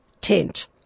tent